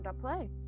play